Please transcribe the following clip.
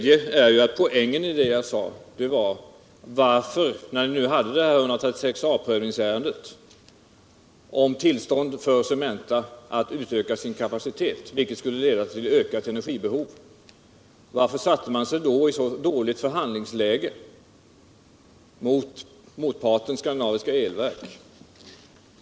Varför försatte man sig vid behandlingen av prövningsärendet enligt 136 a § om tillstånd för Cementa att utöka sin kapacitet, vilket skulle ha lett ull ett ökat energibehov, i ett så dåligt förhandlingsläge gentemot motparten. Skandinaviska Elverk?